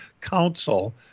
council